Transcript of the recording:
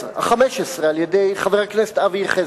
החמש-עשרה על-ידי חבר הכנסת אבי יחזקאל,